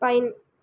pine